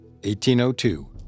1802